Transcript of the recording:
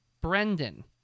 Brendan